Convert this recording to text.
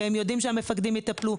והם יודעים שהמפקדים יטפלו,